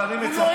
אבל אני מצפה,